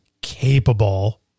capable